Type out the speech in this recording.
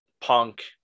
Punk